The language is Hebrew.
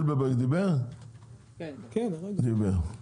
אנחנו מדברים הרבה על איך לעזור לעסקים